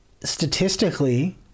statistically